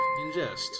Ingest